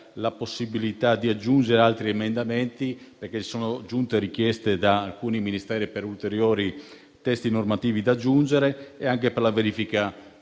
la possibilità di aggiungere altri emendamenti, perché sono giunte richieste da alcuni Ministeri per ulteriori testi normativi e anche per la verifica